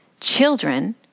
Children